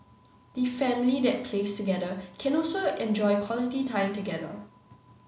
the family that plays together can also enjoy quality time together